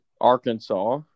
Arkansas